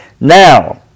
Now